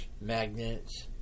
magnets